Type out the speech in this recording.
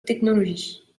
technologie